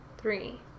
three